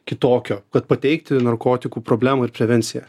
kitokio kad pateikti narkotikų problemų ir prevenciją